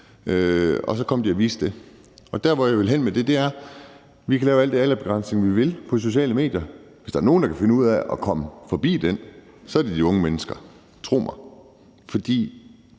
og så kom de og viste det. Der, hvor jeg vil hen med det, er, at vi kan lave al den aldersbegrænsning, vi vil, på sociale medier, men hvis der er nogen, der kan finde ud af at omgå den, er det de unge mennesker, tro mig, for